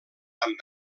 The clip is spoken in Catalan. amb